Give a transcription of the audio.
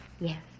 Yes